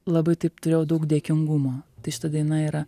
labai taip turėjau daug dėkingumo tai šita daina yra